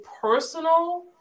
personal